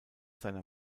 seiner